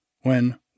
when